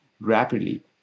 rapidly